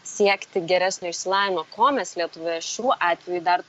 siekti geresnio išsilavinimo ko mes lietuvoje šiuo atveju dar